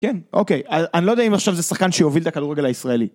כן אוקיי אני לא יודע אם עכשיו זה שחקן שיוביל את הכדורגל הישראלי